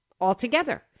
altogether